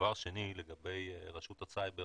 דבר שני, לגבי רשות הסייבר